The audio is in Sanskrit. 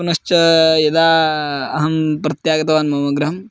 पुनश्च यदा अहं प्रत्यागतवान् मम गृहं